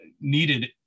needed